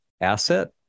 asset